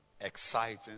exciting